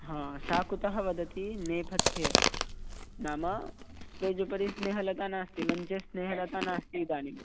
हा सा कुतः वदति नेपथ्ये नाम स्टेज् उपरि स्नेहलता नास्ति मञ्चे स्नेहलता नास्ति इदानीम्